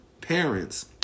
parents